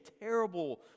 terrible